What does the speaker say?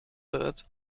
wird